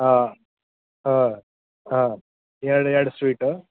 ಹಾಂ ಹಾಂ ಹಾಂ ಎರಡು ಎರಡು ಸ್ವೀಟು